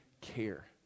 care